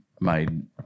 made